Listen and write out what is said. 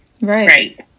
Right